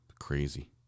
Crazy